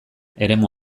eremu